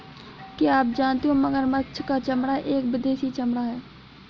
क्या आप जानते हो मगरमच्छ का चमड़ा एक विदेशी चमड़ा है